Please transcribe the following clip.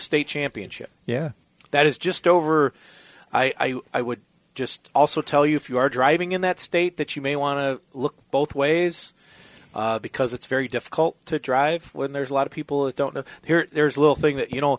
state championship yeah that is just over i would just also tell you if you are driving in that state that you may want to look both ways because it's very difficult to drive when there's a lot of people that don't know their there's a little thing that you know